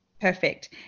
Perfect